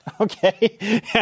okay